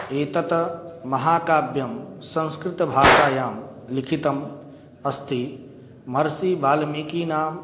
एतत् महाकाव्यं संस्कृतभाषायां लिखितम् अस्ति महर्षिवाल्मीकिना